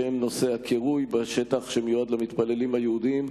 שהם נושאי הקירוי בשטח שמיועד למתפללים היהודים,